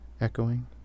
echoing